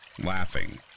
laughing